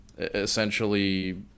Essentially